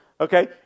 Okay